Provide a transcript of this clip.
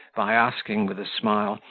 by asking, with a smile,